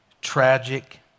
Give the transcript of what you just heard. tragic